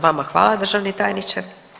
Vama hvala državni tajniče.